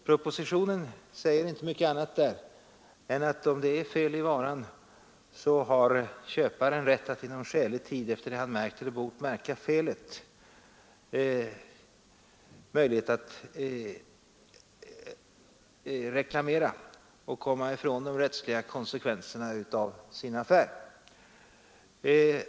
Propositionen säger inte mycket annat än att om det är fel i varan har köparen rätt att inom skälig tid efter det att han märkt eller bort märka felet reklamera och komma ifrån de rättsliga konsekvenserna av sin affär.